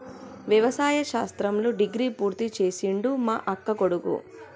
వ్యవసాయ శాస్త్రంలో డిగ్రీ పూర్తి చేసిండు మా అక్కకొడుకు